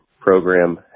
program